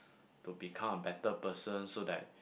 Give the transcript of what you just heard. to become a better person so that